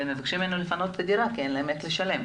ומבקשים מהם לפנות את הדירה כי אין להם איך לשלם.